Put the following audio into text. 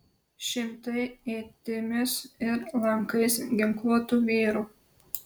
šimtai ietimis ir lankais ginkluotų vyrų